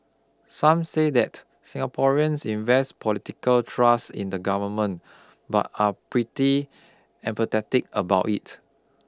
some say that Singaporeans invest political trust in the government but are pretty apathetic about it